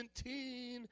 17